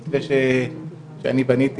המתווה שאני בניתי,